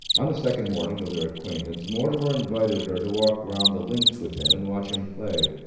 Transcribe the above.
on the second morning of their acquaintance mortimer invited her to walk round the links with him and watch him play.